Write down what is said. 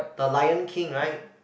the Lion-King right